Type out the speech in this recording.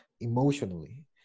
emotionally